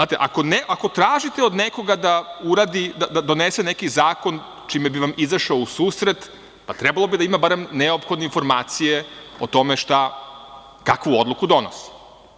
Ako tražite od nekoga da donese neki zakon, čime bi vam izašao u susret, trebalo bi da ima barem neophodne informacije o tome kakvu odluku donosi.